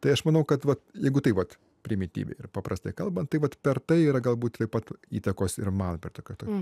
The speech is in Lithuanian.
tai aš manau kad jeigu taip vat primityviai ir paprastai kalbant tai vat per tai yra galbūt taip pat įtakos ir man per takatok